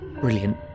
brilliant